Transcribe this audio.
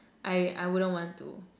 I I wouldn't want to